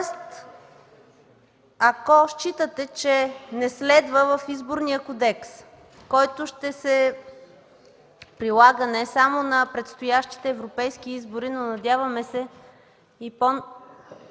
ако считате, че не следва в Изборния кодекс, който ще се прилага не само на предстоящите Европейски избори, но, надяваме се, и по-напред